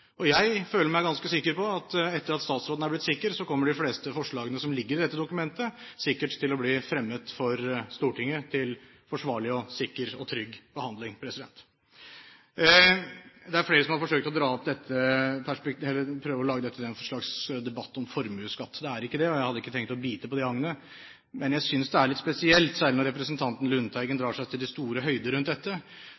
sikker. Jeg føler meg ganske sikker på at etter at statsråden er blitt sikker, kommer de fleste forslagene som ligger i dette dokumentet, sikkert til å bli fremmet for Stortinget til forsvarlig, sikker og trygg behandling. Det er flere som har forsøkt å lage dette til en slags debatt om formuesskatt. Det er ikke det, og jeg hadde ikke tenkt å bite på det agnet. Men jeg synes det er litt spesielt, særlig når representanten Lundteigen